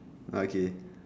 okay